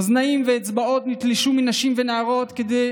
אוזניים ואצבעות נתלשו מנשים ונערות כדי